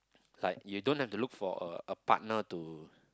like you don't have to look for a a partner to